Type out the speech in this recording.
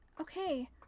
okay